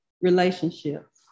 relationships